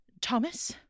Thomas